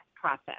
process